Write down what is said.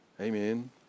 Amen